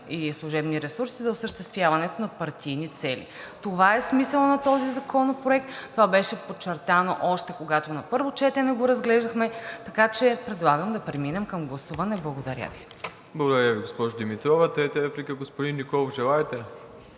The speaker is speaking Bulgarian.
и служебни ресурси за осъществяването на партийни цели. Това е смисълът на този законопроект, това беше подчертано още когато на първо четене го разглеждахме, така че предлагам да преминем към гласуване. Благодаря Ви. ПРЕДСЕДАТЕЛ МИРОСЛАВ ИВАНОВ: Благодаря Ви, госпожо Димитрова. Трета реплика, господин Николов, желаете ли?